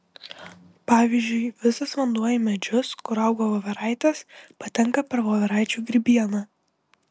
pavyzdžiui visas vanduo į medžius kur auga voveraitės patenka per voveraičių grybieną